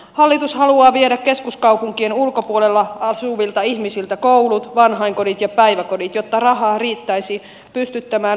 hallitus haluaa viedä keskuskaupunkien ulkopuolella asuvilta ihmisiltä koulut vanhainkodit ja päiväkodit jotta raha riittäisi pystyttämään